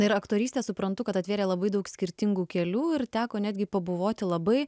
na ir aktorystę suprantu kad atvėrė labai daug skirtingų kelių ir teko netgi pabuvoti labai